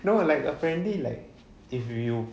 no like apparently like if you